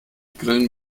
grillen